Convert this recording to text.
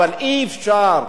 אבל אי-אפשר,